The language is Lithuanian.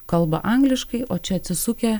kalba angliškai o čia atsisukę